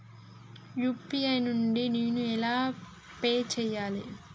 UPI నుండి నేను ఎలా పే చెయ్యాలి?